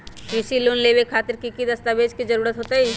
कृषि लोन लेबे खातिर की की दस्तावेज के जरूरत होतई?